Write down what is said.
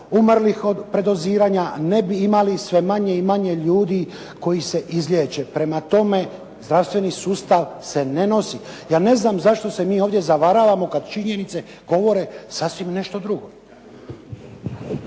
umrlih od predoziranja, ne bi imali sve manje i manje ljudi koji se izliječe. Prema tome, zdravstveni sustav se ne nosi. Ja ne znam zašto se mi ovdje zavaravamo kad činjenice govore sasvim nešto drugo.